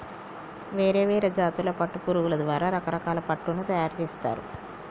వేరే వేరే జాతుల పట్టు పురుగుల ద్వారా రకరకాల పట్టును తయారుచేస్తారు